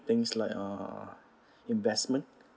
things like uh investment